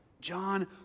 John